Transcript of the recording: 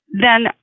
Then-